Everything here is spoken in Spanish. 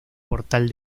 portal